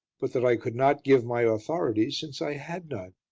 but that i could not give my authorities, since i had none,